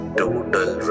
total